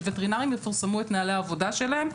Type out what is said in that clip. שווטרינרים יפרסמו את נוהלי העבודה שלהם,